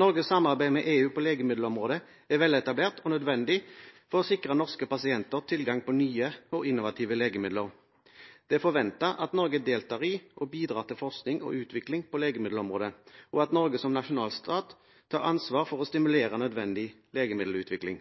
Norges samarbeid med EU på legemiddelområdet er veletablert og nødvendig for å sikre norske pasienter tilgang på nye og innovative legemidler. Det er forventet at Norge deltar i og bidrar til forskning og utvikling på legemiddelområdet, og at Norge som nasjonalstat tar ansvar for å stimulere nødvendig legemiddelutvikling.